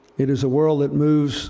it is a world that moves